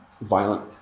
violent